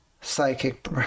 psychic